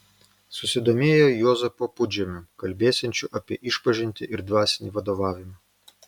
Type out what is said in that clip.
susidomėjo juozapu pudžemiu kalbėsiančiu apie išpažintį ir dvasinį vadovavimą